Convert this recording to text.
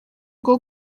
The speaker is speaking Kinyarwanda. rwo